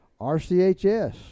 RCHS